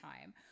time